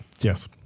Yes